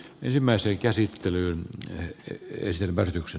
ensimmäiseen käsittelyyn menee ensin kiire